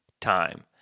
time